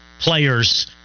players